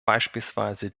beispielsweise